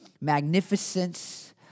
magnificence